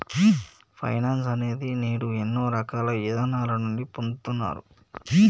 finance అనేది నేడు ఎన్నో రకాల ఇదానాల నుండి పొందుతున్నారు